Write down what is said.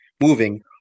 moving